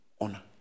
Honor